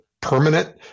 permanent